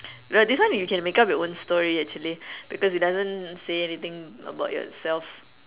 no this one you can make up your own story actually because it doesn't say anything about yourself